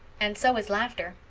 and so is laughter,